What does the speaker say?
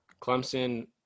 Clemson